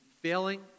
failing